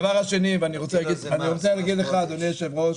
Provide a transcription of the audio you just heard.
אני רוצה להגיד לך, אדוני היושב-ראש,